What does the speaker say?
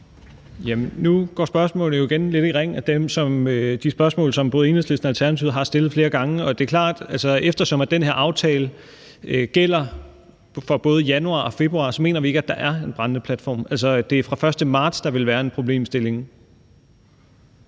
ring i forlængelse af de spørgsmål, som både Enhedslisten og Alternativet har stillet flere gange. Det er klart, at eftersom den her aftale gælder for både januar og februar, så mener vi ikke, at der er en brændende platform. Det er fra 1. marts, der vil være en problemstilling.